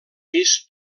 pis